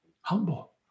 Humble